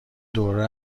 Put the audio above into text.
دوره